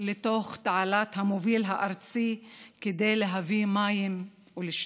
לתוך תעלת המוביל הארצי כדי להביא מים ולשתות.